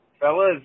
Fellas